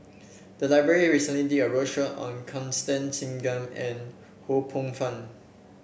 the library recently did a roadshow on Constance Singam and Ho Poh Fun